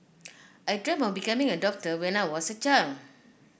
I dreamt of becoming a doctor when I was a child